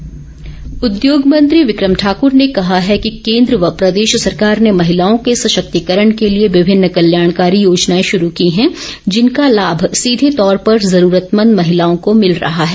बिक्रम ठाकुर उद्योग मंत्री बिक्रम ठाकुर ने कहा है कि केन्द्र व प्रदेश सरकार ने महिलाओं के सशक्तिकरण के लिए विभिन्न कल्याणकारी योजनाएं शुरू की हैं जिनका लाभ सीधे तौर पर ज़रूरतमंद महिलाओं को मिल रहा है